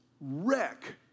wreck